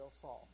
saw